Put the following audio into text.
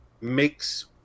makes